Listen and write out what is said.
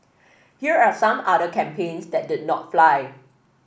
here are some other campaigns that did not fly